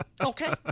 Okay